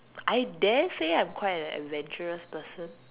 I dare say I'm quite an adventurous person